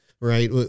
right